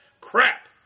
crap